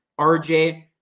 RJ